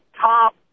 top